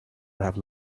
never